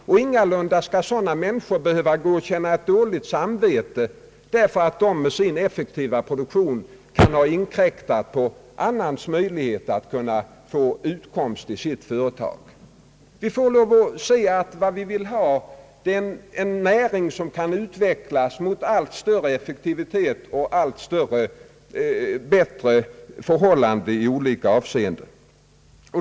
Ingen människa skall behöva känna dåligt samvete för att med sin effektiva produktion ha inkräktat på annans möjlighet att få utkomst i sitt företag. Vad vi vill ha är en näring som kan utvecklas mot allt större effektivitet och allt bättre förhållanden i olika avseenden.